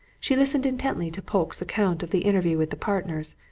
she listened intently to polke's account of the interview with the partners,